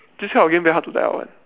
this type of game very hard to die out [one]